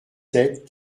sept